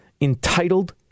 Entitled